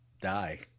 die